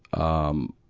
um,